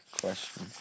question